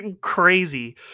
crazy